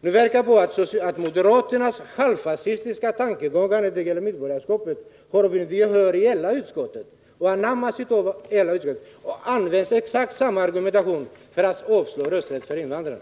Nu verkar det som om moderaternas halvfascistiska tankegångar när det gäller medborgarskapet har vunnit gehör i utskottet och anammats av hela utskottet. Man använder exakt samma argumentation för att avstyrka rösträtt för invandrare.